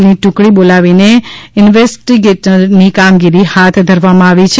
ની ટુકડી બોલાવીને ઇંકવેસ્ટની કામગીરી હાથ ધરવામાં આવી છે